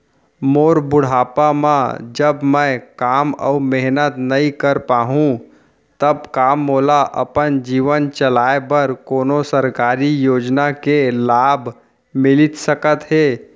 मोर बुढ़ापा मा जब मैं काम अऊ मेहनत नई कर पाहू तब का मोला अपन जीवन चलाए बर कोनो सरकारी योजना के लाभ मिलिस सकत हे?